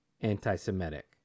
anti-Semitic